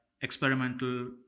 experimental